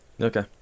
Okay